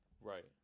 Right